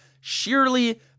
sheerly